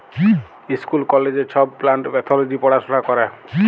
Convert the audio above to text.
school কলেজে ছব প্লাল্ট প্যাথলজি পড়াশুলা ক্যরে